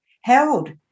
Held